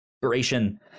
inspiration